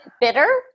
bitter